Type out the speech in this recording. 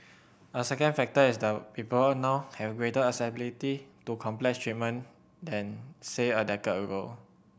a second factor is that people now have greater accessibility to complex treatment than say a decade ago